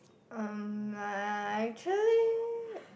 um I actually